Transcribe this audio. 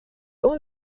اون